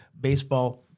baseball